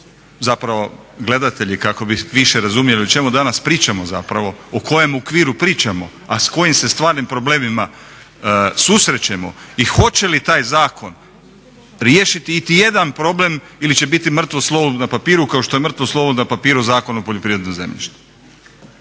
zapravo gledatelji kako bi više razumjeli o čemu danas pričamo zapravo, o kojem okviru pričamo, a s kojim se stvarnim problemima susrećemo i hoće li taj zakon riješiti iti jedan problem ili će biti mrtvo slovo na papiru kao što je mrtvo slovo na papiru Zakon o poljoprivrednom zemljištu.